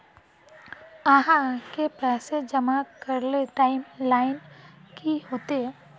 आहाँ के पैसा जमा करे ले टाइम लाइन की होते?